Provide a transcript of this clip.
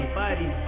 buddy